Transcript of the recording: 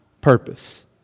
purpose